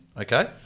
Okay